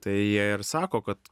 tai jie ir sako kad